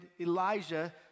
Elijah